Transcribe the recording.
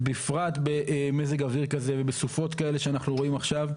בפרט במזג אויר כזה ובסופות כאלה שאנחנו רואים עכשיו,